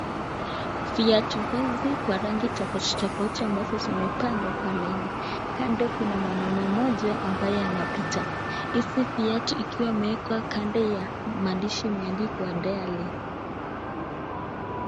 Viatu hizi kwa rangi tofauti tofauti ambazo zimepangwa kwa laini, kando kuna mwanaume mmoja ambaye anapita. Hivi viatu amewekwa kando ya maandishi imeandikwa dearly .